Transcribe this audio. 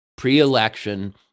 Pre-election